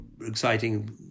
exciting